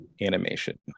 animation